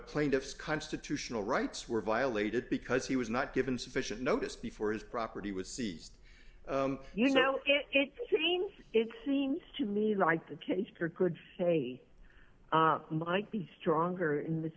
plaintiffs constitutional rights were violated because he was not given sufficient notice before his property was seized you know it seems it seems to me like the teacher could say might be stronger in this